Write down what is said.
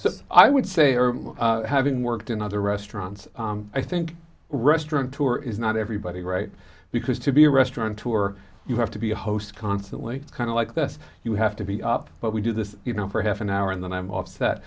so i would say having worked in other restaurants i think restaurant tour is not everybody right because to be a restaurant tour you have to be a host constantly kind of like this you have to be up but we do this you know for half an hour and then i'm